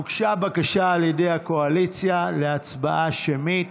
הוגשה בקשה על ידי הקואליציה להצבעה שמית.